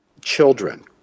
children